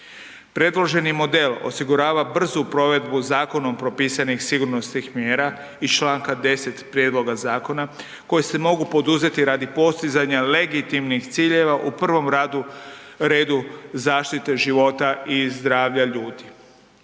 Predloženi model osigurava brzu provedbu zakonom propisanih sigurnosnih mjera iz čl. 10. prijedloga zakona koje se mogu poduzeti radi postizanja legitimnih ciljeva u prvom redu, zaštite života i zdravlja ljudi.